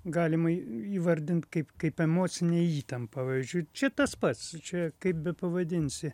galima į įvardint kaip kaip emocinę įtampą pavyzdžiui čia tas pats čia kaip bepavadinsi